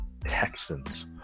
Texans